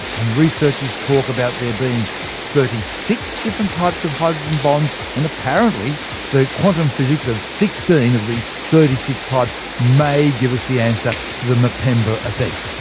and researchers talk about there being thirty six different types of hydrogen bonds, and apparently the quantum physics of sixteen of these thirty six types may give us the answer to the mpemba effect.